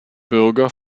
bürger